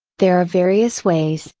there are various ways,